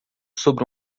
sobre